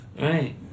Right